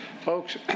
Folks